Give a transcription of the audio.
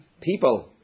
people